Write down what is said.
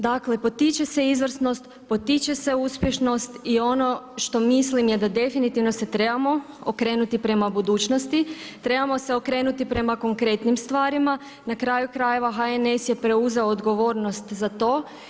Dakle, potiče se izvrsnost, potiče se uspješnost i ono što mislim je da definitivno se trebamo okrenuti prema budućnosti trebamo se okrenuti prema konkretnim stvarima, na kraju krajeva, HNS je preuzeo odgovornost za to.